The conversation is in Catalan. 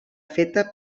feta